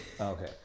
Okay